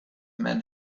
men